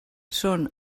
són